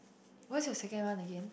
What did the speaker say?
what's your second one again